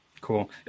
Cool